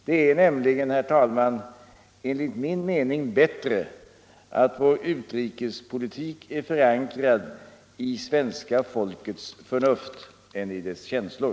Det är nämligen enligt min mening bättre att vår utrikespolitik mera är förankrad i svenska folkets förnuft än i dess känslor.